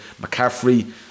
McCaffrey